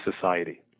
society